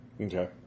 Okay